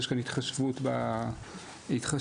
יש כאן התחשבות במטופלים,